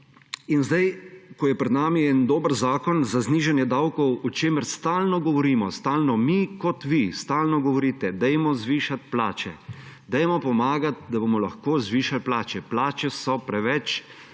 več. Ko je pred nami en dober zakon za znižanje davkov, o čemer stalno govorimo – stalno, tako mi kot vi, stalno govorite, dajmo zvišati plače, dajmo pomagati, da bomo lahko zvišali plače, plače so preveč